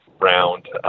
round